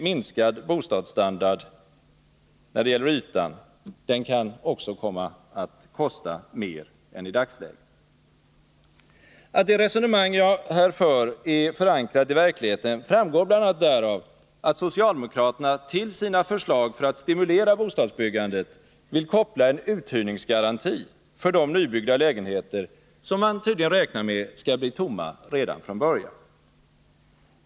minskad bostadsstandard när det gäller ytan också kan komma att kosta mer än i dagsläget. Att det resonemang jag här för är förankrat i verkligheten framgår bl.a. därav att socialdemokraterna till sina förslag för att stimulera bostadsbyggandet vill koppla en uthyrningsgaranti för de nybyggda lägenheter som man tydligen räknar med skall bli tomma redan från början.